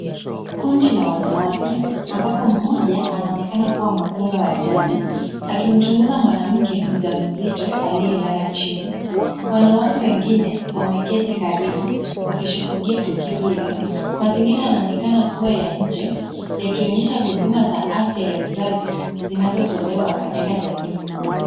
Kundi la wanawake ambapo mmoja anaonekana kuwa mkunga wa jadi akimchunguza mwanamke mjamzito aliyelala chini. Wanawake wengine wameketi karibu wakishuhudia tukio hilo. Mazingira yanaonekana kuwa ya nje yakionyesha huduma za afya ya uzazi zinazotolewa katika jamii.